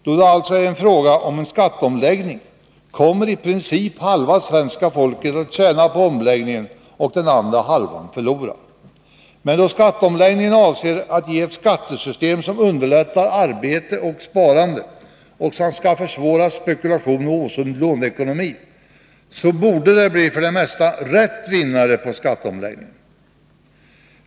Då det alltså är en fråga om skatteomläggning, kommer iprincip halva svenska folket att tjäna på omläggningen och den andra halvan förlora. Men då skatteomläggningen avser att ge ett skattesystem som underlättar arbete och sparande och som skall försvåra spekulation och osund låneekonomi, borde det för det mesta bli ”rätt” vinnare på skatteomläggningen.